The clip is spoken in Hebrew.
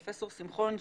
פרופסור שמחון,